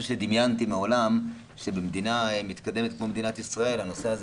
שדמיינתי מעולם שבמדינה מתקדמת כמדינת ישראל הנושא הזה